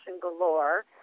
galore